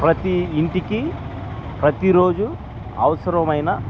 ప్రతి ఇంటికి ప్రతిరోజు అవసరమైన